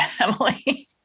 Emily